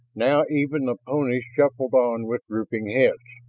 now even the ponies shuffled on with drooping heads,